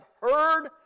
heard